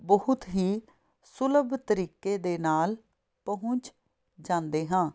ਬਹੁਤ ਹੀ ਸੁਲਭ ਤਰੀਕੇ ਦੇ ਨਾਲ ਪਹੁੰਚ ਜਾਂਦੇ ਹਾਂ